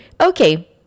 Okay